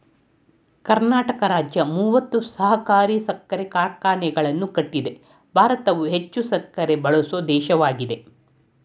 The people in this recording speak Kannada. ಕರ್ನಾಟಕ ರಾಜ್ಯ ಮೂವತ್ತು ಸಹಕಾರಿ ಸಕ್ಕರೆ ಕಾರ್ಖಾನೆಗಳನ್ನು ಕಟ್ಟಿದೆ ಭಾರತವು ಹೆಚ್ಚು ಸಕ್ಕರೆ ಬಳಸೋ ದೇಶವಾಗಯ್ತೆ